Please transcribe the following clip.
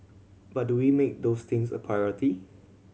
but do we make those things a priority